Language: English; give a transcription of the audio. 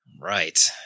Right